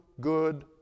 good